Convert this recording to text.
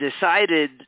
decided